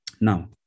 now